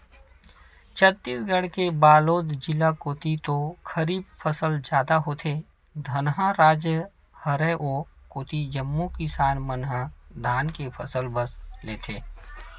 छत्तीसगढ़ के बलोद जिला कोती तो खरीफ फसल जादा होथे, धनहा राज हरय ओ कोती जम्मो किसान मन ह धाने के फसल बस लेथे